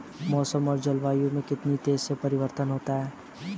मौसम और जलवायु में कितनी तेजी से परिवर्तन होता है?